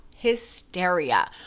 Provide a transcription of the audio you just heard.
hysteria